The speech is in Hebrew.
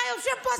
אתה יושב פה,